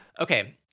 Okay